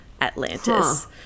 Atlantis